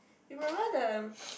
you remember the